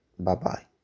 Bye-bye